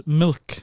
milk